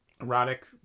Erotic